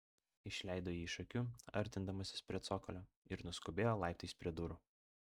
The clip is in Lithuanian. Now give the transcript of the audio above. išleido jį iš akių artindamasis prie cokolio ir nuskubėjo laiptais prie durų